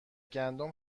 گندم